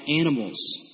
animals